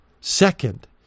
Second